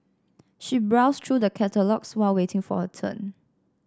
she browsed through the catalogues while waiting for her turn